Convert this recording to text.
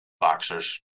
Boxers